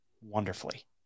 wonderfully